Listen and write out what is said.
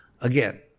Again